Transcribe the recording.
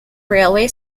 railway